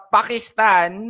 Pakistan